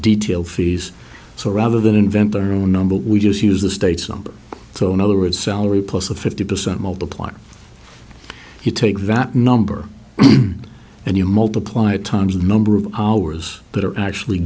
detail fees so rather than invent their own number we just use the states number so in other words salary plus a fifty percent multiplier you take that number and you multiply it times the number of hours that are actually